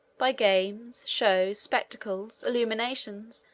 by games, shows, spectacles, illuminations,